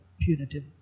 punitive